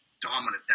dominant